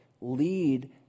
lead